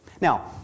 Now